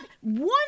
One